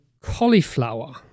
cauliflower